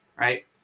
Right